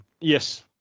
yes